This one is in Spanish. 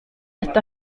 esta